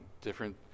different